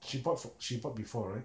she bought for she bought before right